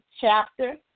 chapter